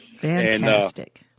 Fantastic